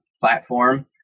platform